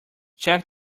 check